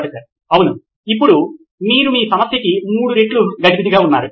professor అవును ఇప్పుడు మీరు మీ సమస్యకి మూడు రెట్లు గజిబిజిగా ఉన్నారు